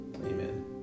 Amen